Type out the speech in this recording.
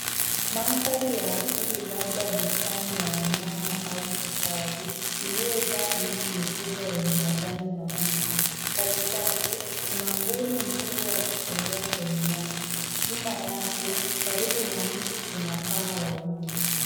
Mandhari ya asili labda bustani ya wanyama au hifadhi iliyojaa miti mikubwa yenye majani mabichi. Katikati, kuna mbuni mkubwa akitembea kwenye nyasi. Nyuma yake, karibu na mti, kuna paa wawili.